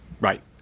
Right